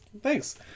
Thanks